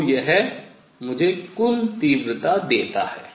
तो यह मुझे कुल तीव्रता देता है